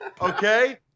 Okay